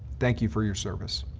thank you for your service.